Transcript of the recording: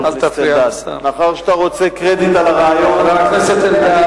חבר הכנסת אלדד,